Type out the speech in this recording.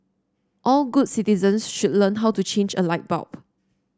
all good citizens should learn how to change a light bulb